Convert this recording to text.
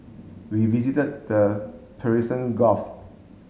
we visited the Persian Gulf